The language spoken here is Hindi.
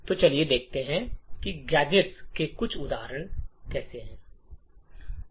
तो चलिए गैजेट्स के कुछ उदाहरण लेते हैं